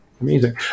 Amazing